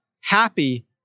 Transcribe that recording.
happy